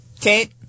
Kate